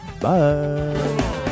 Bye